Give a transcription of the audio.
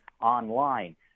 online